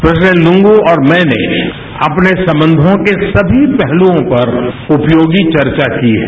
president Loong और मैंने अपने संबंधों के सभी पहल्ओं पर उपयोगी चर्चा की है